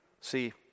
See